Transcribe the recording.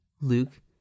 Luke